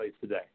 today